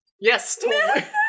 Yes